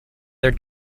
their